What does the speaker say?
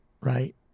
Right